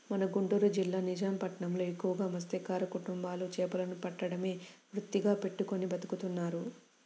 మన గుంటూరు జిల్లా నిజాం పట్నంలో ఎక్కువగా మత్స్యకార కుటుంబాలు చేపలను పట్టడమే వృత్తిగా పెట్టుకుని బతుకుతున్నారు